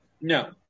No